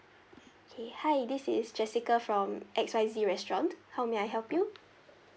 okay hi this is jessica from X Y Z restaurant how may I help you